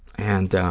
and